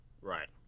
Right